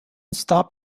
stop